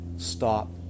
stop